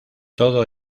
todo